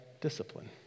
discipline